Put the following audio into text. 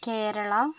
Kerala